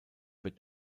wird